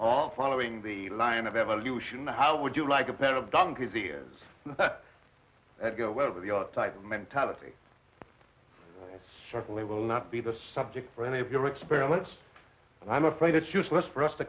all following the line of evolution how would you like a pair of donkeys ears and go over the type of mentality certainly will not be the subject for any of your experiments and i'm afraid it's useless for us to